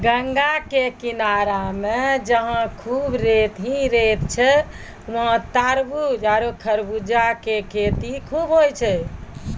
गंगा के किनारा मॅ जहां खूब रेत हीं रेत छै वहाँ तारबूज आरो खरबूजा के खेती खूब होय छै